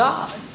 God